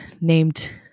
Named